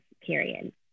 period